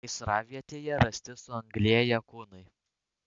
gaisravietėje rasti suanglėję kūnai